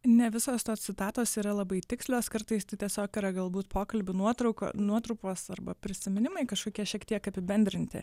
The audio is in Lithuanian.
ne visos tos citatos yra labai tikslios kartais tai tiesiog yra galbūt pokalbių nuotrauka nuotrupos arba prisiminimai kažkokie šiek tiek apibendrinti